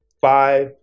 Five